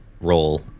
roll